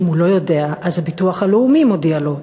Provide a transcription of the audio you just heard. אם הוא לא יודע אז הביטוח הלאומי מודיע לו,